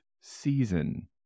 season